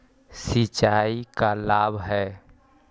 सिंचाई का लाभ है?